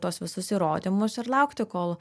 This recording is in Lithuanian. tuos visus įrodymus ir laukti kol